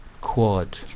Quad